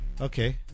Okay